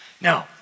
No